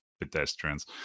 pedestrians